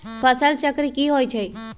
फसल चक्र की होइ छई?